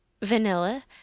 Vanilla